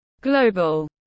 Global